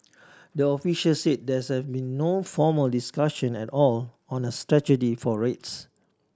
the officials said there's been no formal discussion at all on a strategy for rates